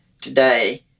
today